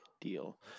deal